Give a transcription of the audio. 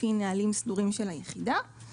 לפי נהלים סדורים של היחידה.